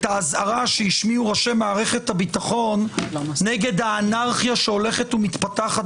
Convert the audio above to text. האזהרה שהשמיעו ראשי מערכת הביטחון נגד האנרכיה שהולכת ומתפתחת